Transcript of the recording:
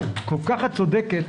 את כל כך צודקת,